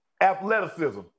Athleticism